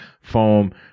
foam